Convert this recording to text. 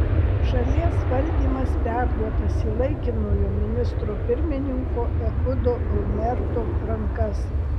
šalies valdymas perduotas į laikinojo ministro pirmininko ehudo olmerto rankas